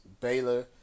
Baylor